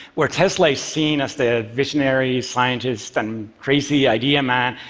where tesla is seen as the visionary scientist and crazy idea man.